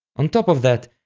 on top of that,